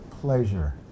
pleasure